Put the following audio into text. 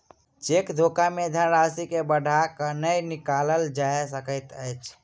cheque धोखा मे धन राशि के बढ़ा क नै निकालल जा सकैत अछि